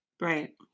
Right